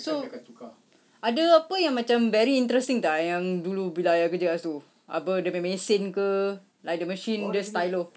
so ada apa yang macam very interesting tak yang dulu bila ayah kerja kat situ apa dia punya mesin ke like the machine dia style tu